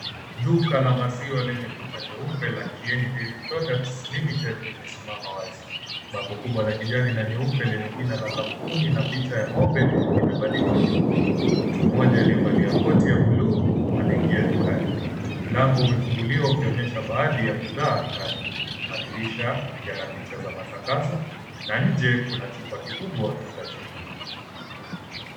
Duka la maziwa lenye kuta nyeupe la Kieni Dairy Products limited limesimama wazi. Bango kubwa la kijani na nyeupe lenye jina la kampuni na picha ya ng'ombe limebandikwa juu. Mtu mmoja aliyevalia koti ya buluu, anaingia dukani. Mlango umefunguliwa ukionyesha baadhi ya bidhaa ndani. Madirisha yana picha za matangazo na nje kuna chupa kikubwa cha chuma.